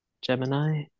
Gemini